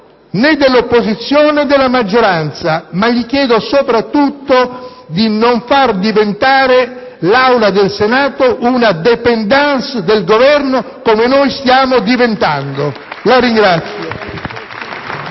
né dell'opposizione né della maggioranza, ma gli chiedo soprattutto di non far diventare l'Aula del Senato una *dependance* del Governo, come noi stiamo diventando. *(Prolungati